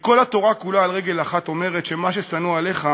כי כל התורה כולה על רגל אחת אומרת שמה ששנוא עליך